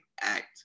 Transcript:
act